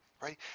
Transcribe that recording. right